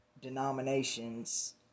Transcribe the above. denominations